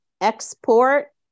export